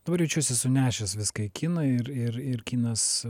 dabar jaučiuosi sunešęs viską į kiną ir ir ir kinas